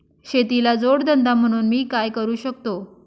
शेतीला जोड धंदा म्हणून मी काय करु शकतो?